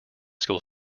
school